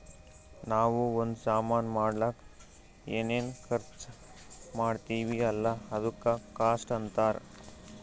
ನಾವೂ ಒಂದ್ ಸಾಮಾನ್ ಮಾಡ್ಲಕ್ ಏನೇನ್ ಖರ್ಚಾ ಮಾಡ್ತಿವಿ ಅಲ್ಲ ಅದುಕ್ಕ ಕಾಸ್ಟ್ ಅಂತಾರ್